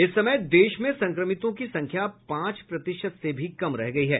इस समय देश में संक्रमितों की संख्या पांच प्रतिशत से भी कम रह गई है